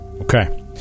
Okay